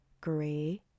gray